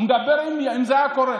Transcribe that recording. הוא היה מדבר אם זה היה קורה.